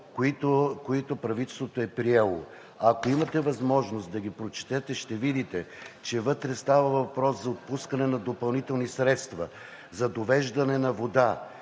които правителството е приело. Ако имате възможност да ги прочетете, ще видите, че вътре става въпрос за отпускане на допълнителни средства за довеждане на вода,